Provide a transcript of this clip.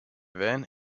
van